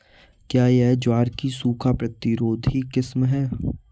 क्या यह ज्वार की सूखा प्रतिरोधी किस्म है?